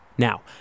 Now